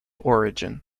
origin